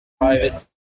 privacy